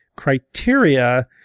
Criteria